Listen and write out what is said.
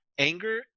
Anger